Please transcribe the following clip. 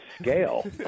scale